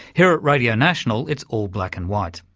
here at radio national it's all black and white.